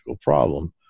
problem